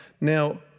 Now